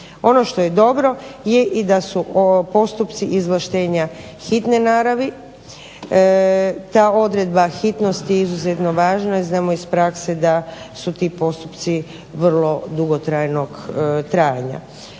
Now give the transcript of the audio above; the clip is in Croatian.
Ono što je dobro je i da su postupci izvlaštenja hitne naravi, ta odredba hitnosti je izuzetno važna jer znamo iz prakse da su ti postupci vrlo dugotrajnog trajanja.